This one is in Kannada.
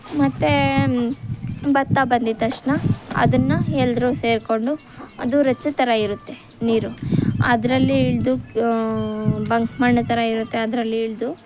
ಮತ್ತೆ ಭತ್ತ ಬಂದಿದ್ದ ತಕ್ಷಣ ಅದನ್ನು ಎಲ್ಲರೂ ಸೇರಿಕೊಂಡು ಅದು ರಚ್ಚೆ ಥರ ಇರುತ್ತೆ ನೀರು ಅದರಲ್ಲಿ ಇಳಿದು ಬಂಕ್ ಮಣ್ಣು ಥರ ಇರುತ್ತೆ ಅದ್ರಲ್ಲಿ ಇಳಿದು